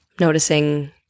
noticing